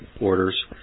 orders